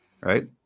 right